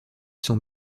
sont